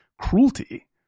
cruelty